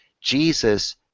Jesus